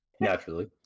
Naturally